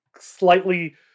slightly